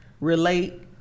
relate